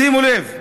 שימו לב,